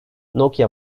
nokia